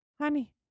honey